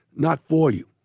not for you.